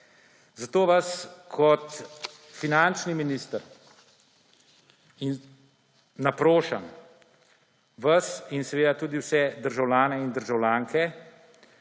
Zato vas kot finančni minister naprošam, vas in seveda tudi vse državljane in državljanke,